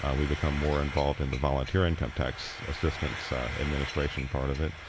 um we've become more involved in the volunteer income tax assistance administration part of it.